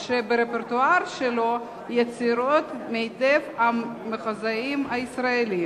אף-על-פי שברפרטואר שלו יצירות של מיטב המחזאים הישראלים.